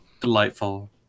delightful